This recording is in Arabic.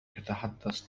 يتحدث